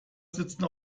sitzen